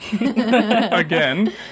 again